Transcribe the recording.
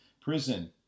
prison